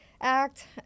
act